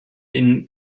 den